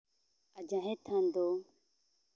ᱟᱨ ᱡᱟᱦᱮᱨ ᱛᱷᱟᱱ ᱫᱚ